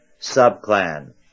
subclan